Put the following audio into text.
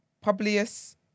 Publius